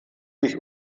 sich